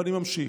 ואני ממשיך: